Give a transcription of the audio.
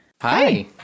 Hi